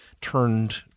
turned